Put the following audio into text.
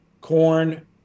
corn